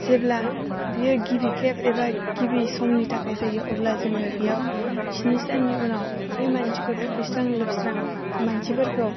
जेब्ला बियो गिबि खेब एबा गिबि समनि थाखाय जायो अब्ला जोङो बेयाव स्नि साननि उनाव बे मानसिखौ थुखैस्रां लोबस्रां मानसिफोरखौ